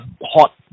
hot